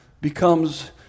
becomes